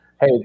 Hey